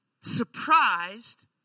surprised